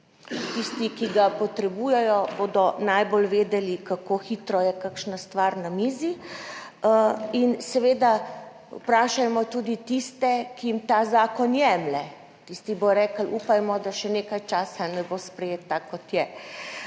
Tisti, ki ga potrebujejo, bodo najbolj vedeli, kako hitro je kakšna stvar na mizi. In seveda, vprašajmo tudi tiste, ki jim ta zakon jemlje. Tisti bodo rekli, upajmo, da še nekaj časa ne bo sprejet tak, kot je.